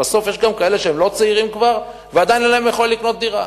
בסוף יש גם כאלה שהם כבר לא צעירים ועדיין אין להם יכולת לקנות דירה.